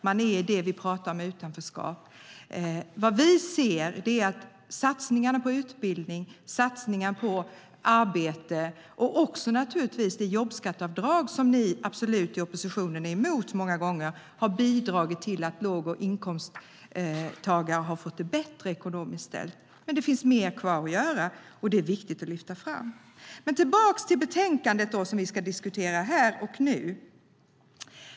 Man befinner sig i det som vi kallar för utanförskap. Vi ser att satsningarna på utbildning och arbete och det jobbskatteavdrag som ni i oppositionen många gånger är emot har bidragit till att låginkomsttagare har fått det bättre ekonomiskt ställt, men det finns mer kvar att göra. Det är viktigt att lyfta fram det. Låt mig gå tillbaka till det betänkande som vi ska diskutera här och nu.